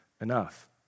enough